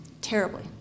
terribly